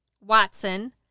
Watson